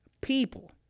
People